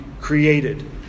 created